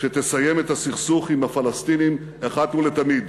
שתסיים את הסכסוך עם הפלסטינים אחת ולתמיד.